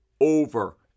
over